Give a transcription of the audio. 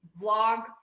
vlogs